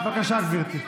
בבקשה, גברתי.